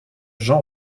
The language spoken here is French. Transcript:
jean